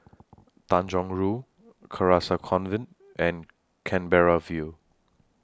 Tanjong Rhu Carcasa Convent and Canberra View